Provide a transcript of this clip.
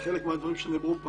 בחלק מהדברים שנאמרו פה,